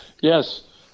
Yes